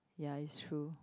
ya is true